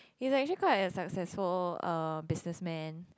he's like actually quite a successful businessman